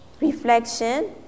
reflection